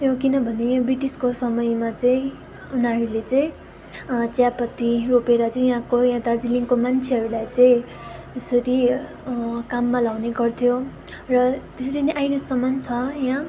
यो किनभने ब्रिटिसको समयमा चाहिँ उनीहरूले चाहिँ चियापत्ती रोपेर चाहिँ यहाँको यहाँ दार्जिलिङको मान्छेहरूलाई चाहिँ त्यसरी काममा लाउने गर्थ्यो र त्यसरी नै आहिलेसम्म छ यहाँ